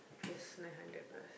just nine hundred plus